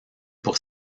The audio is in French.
pour